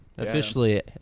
Officially